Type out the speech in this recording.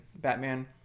Batman